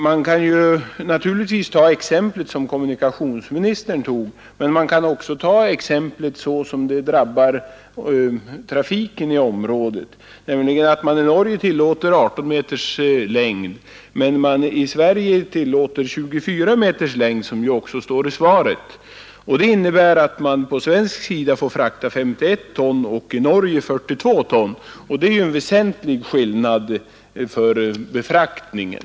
Man kan naturligtvis peka på det exempel som kommunikationsministern anförde. Men man kan också välja ett exempel som visar hur trafiken i området drabbas. I Norge tillåter man nämligen bara 18 m längd på fordonet medan man i Sverige tillåter 24 m längd, såsom det också står i svaret. Det innebär att man på den svenska sidan får frakta 51 ton och på den norska bara 42 ton, och det gör en väsentlig skillnad för befraktningen.